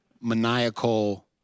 maniacal